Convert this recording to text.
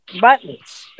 buttons